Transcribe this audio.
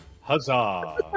Huzzah